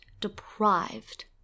deprived